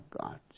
God